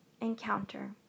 encounter